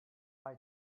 eye